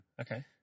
Okay